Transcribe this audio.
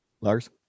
Lars